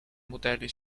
mudeli